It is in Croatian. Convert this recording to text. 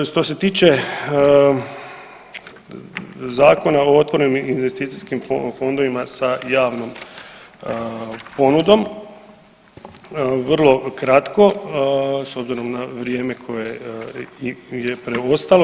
Eto, što se tiče Zakona o otvorenim investicijskim fondovima sa javnom ponudom, vrlo kratko s obzirom na vrijeme koje je preostalo.